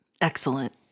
excellent